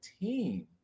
team